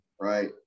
right